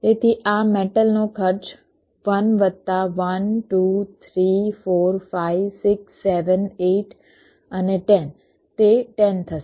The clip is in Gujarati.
તેથી આ મેટલ નો ખર્ચ 1 વત્તા 1 2 3 4 5 6 7 8 9 અને 10 તે 10 થશે